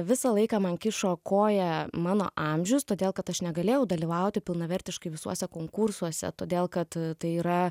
visą laiką man kišo koją mano amžius todėl kad aš negalėjau dalyvauti pilnavertiškai visuose konkursuose todėl kad tai yra